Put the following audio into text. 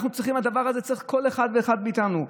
בדבר הזה צריך כל אחד ואחד מאיתנו,